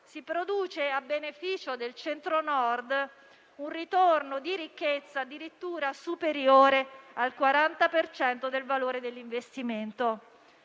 si produce a beneficio del Centro-Nord un ritorno di ricchezza addirittura superiore al 40 per cento del valore dell'investimento.